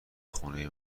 خونه